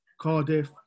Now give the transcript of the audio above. Cardiff